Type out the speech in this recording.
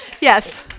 yes